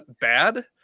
bad